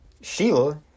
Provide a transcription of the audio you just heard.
Sheila